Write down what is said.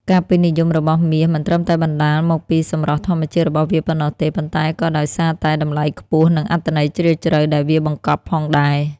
ការពេញនិយមរបស់មាសមិនត្រឹមតែបណ្ដាលមកពីសម្រស់ធម្មជាតិរបស់វាប៉ុណ្ណោះទេ ប៉ុន្តែក៏ដោយសារតែតម្លៃខ្ពស់ និងអត្ថន័យជ្រាលជ្រៅដែលវាបង្កប់ផងដែរ។